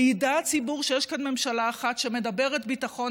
וידע הציבור שיש כאן ממשלה אחת שמדברת ביטחון,